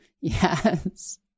Yes